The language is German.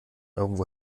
irgendwo